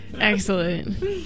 Excellent